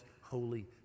holy